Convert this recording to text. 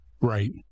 Right